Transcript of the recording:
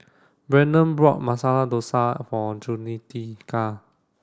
Brandon bought Masala Dosa for Jaunita